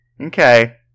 Okay